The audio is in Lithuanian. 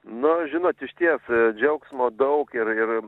nu žinot išties džiaugsmo daug ir ir